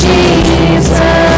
Jesus